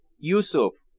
yoosoof,